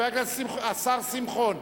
השר שמחון,